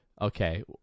okay